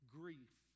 grief